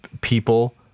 people